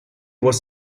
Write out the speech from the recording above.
was